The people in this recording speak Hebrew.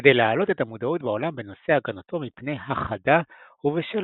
כדי להעלות את המודעות בעולם בנושא הגנתו מפני הכחדה ובשל